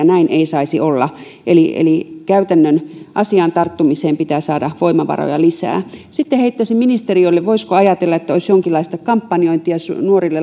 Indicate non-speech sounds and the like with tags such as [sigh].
[unintelligible] näin ei saisi olla eli eli käytännön asiaan tarttumiseen pitää saada voimavaroja lisää sitten heittäisin ministeriölle voisiko ajatella että olisi jonkinlaista kampanjointia nuoriin ja